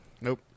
Nope